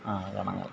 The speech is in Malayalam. കാണാൻ കൊള്ളാം